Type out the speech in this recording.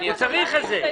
הוא צריך את זה.